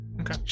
Okay